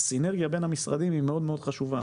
הסינרגיה בין המשרדים היא מאוד מאוד חשובה